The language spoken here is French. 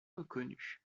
reconnu